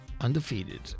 undefeated